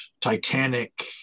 Titanic